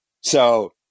So-